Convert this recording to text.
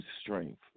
strength